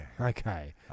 Okay